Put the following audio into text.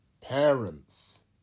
Parents